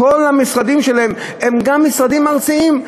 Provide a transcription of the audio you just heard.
הם גם משרדים ארציים.